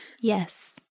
Yes